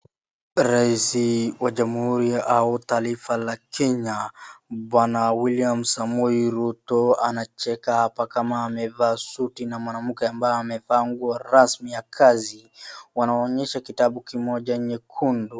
Rais wa jamhuri au taifa la Kenya bwana Wiliam Samoei Ruto anacheka hapa kama amevaa suti na mwanamke ambaye amevaa nguo rasmi ya kazi. Wanaonyesha kitabu kimoja nyekundu.